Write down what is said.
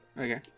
Okay